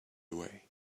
away